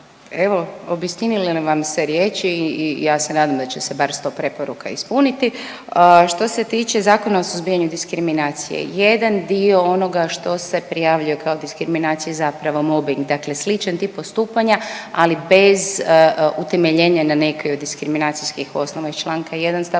evo, obistinile vam se riječi i ja se nadam da će se bar 100 preporuka ispuniti. Što se tiče Zakona o suzbijanju diskriminacije, jedan dio onoga što se prijavljuje kao diskriminacija je zapravo mobbing, dakle sličan tip postupanja, ali bez utemeljenja na nekoj od diskriminacijskih osnova iz čl. 1 st.